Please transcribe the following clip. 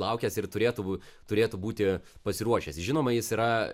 laukęs ir turėtų būt turėtų būti pasiruošęs žinoma jis yra